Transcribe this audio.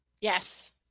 Yes